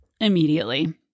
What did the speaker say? immediately